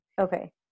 Okay